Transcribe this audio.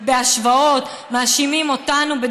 הם מאשימים אותנו בהשוואות,